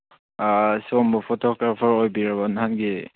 ꯑꯥ ꯁꯣꯝꯕꯨ ꯐꯣꯇꯣꯒ꯭ꯔꯥꯐꯔ ꯑꯣꯏꯕꯤꯔꯕꯣ ꯅꯍꯥꯟꯒꯤ